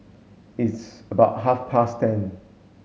its about half past ten